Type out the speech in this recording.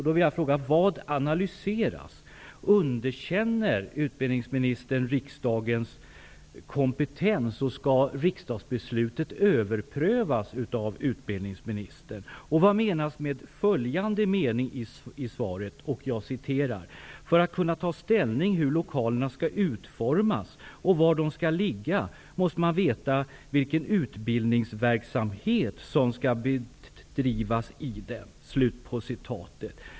Då vill jag fråga: Vad analyseras? Underkänner utbildningsministern riksdagens kompetens? Skall riksdagsbeslutet överprövas av utbildningsministern? Vad menas med följande mening i svaret: ''För att kunna ta ställning till hur lokalerna skall utformas och var de skall ligga måste man veta vilken utbildningsverksamhet som skall bedrivas i dem.''